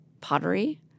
pottery